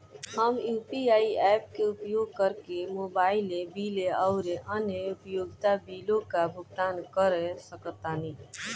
हम UPI apps के उपयोग करके मोबाइल बिल आउर अन्य उपयोगिता बिलों का भुगतान कर सकतानी